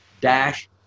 dash